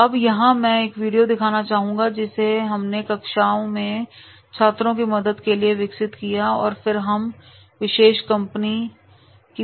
अब यहां मैं एक वीडियो दिखाना चाहूंगा जिसे हमने कक्षाओं में छात्रों की मदद के लिए विकसित किया है और फिर हम विशेष कंपनी की वीडियो पर जाएंगे